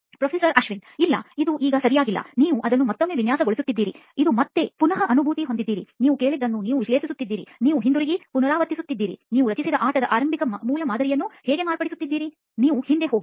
professor Ashwin ಇಲ್ಲ ಇದು ಈಗ ಸರಿಯಾಗಿಲ್ಲ ನೀವು ಅದನ್ನು ಮತ್ತೊಮ್ಮೆ ವಿನ್ಯಾಸಗೊಳಿಸುತ್ತೀರಿ ಇದು ಮತ್ತೆ ನೀವು ಪುನಃ ಅನುಭೂತಿ ಹೊಂದಿದ್ದೀರಿ ನೀವು ಕೇಳಿದ್ದನ್ನು ನೀವು ವಿಶ್ಲೇಷಿಸುತ್ತೀರಿ ನೀವು ಹಿಂತಿರುಗಿ ಪುನರಾವರ್ತಿಸುತ್ತೀರಿ ನೀವು ರಚಿಸಿದ ಆಟದ ಆರಂಭಿಕ ಮೂಲಮಾದರಿಯನ್ನು ನೀವು ಮಾರ್ಪಡಿಸುತ್ತೀರಿ ನೀವು ಹಿಂದೆ ಹೋಗಿ